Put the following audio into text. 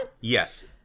Yes